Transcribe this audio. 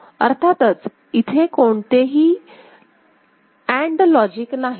अर्थातच इथे कोणतेही अँड लॉजिक नाही